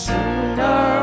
Sooner